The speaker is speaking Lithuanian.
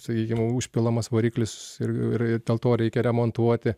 sakykim užpilamas variklis ir ir dėl to reikia remontuoti